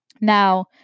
Now